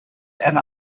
and